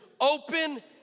Open